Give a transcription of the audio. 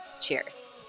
cheers